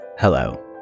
Hello